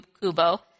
Kubo